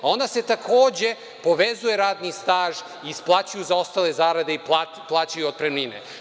Onda se takođe povezuje radni staž, isplaćuju zaostale zarade i plate, plaćaju otpremnine.